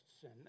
sin